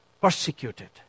persecuted